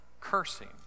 cursing